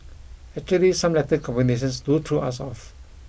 actually some letter combinations do to us off